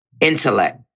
intellect